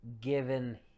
given